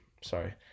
sorry